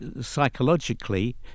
psychologically